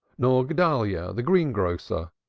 nor guedalyah, the greengrocer,